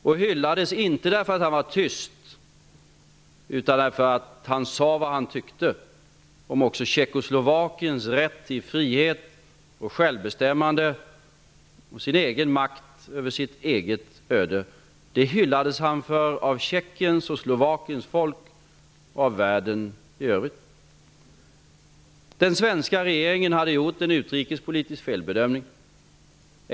Han hyllades inte därför att han var tyst utan därför att han sade vad han tyckte, även om Tjeckoslovakiens rätt till frihet, självbestämmande och makt över sitt eget öde. Han hyllades för detta av Tjeckiens och Slovakiens folk och av världen i övrigt. Den svenska regeringen hade gjort en utrikespolitisk felbedömning.